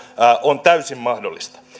on täysin mahdollista